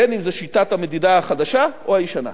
בין אם זו שיטת המדידה החדשה או הישנה.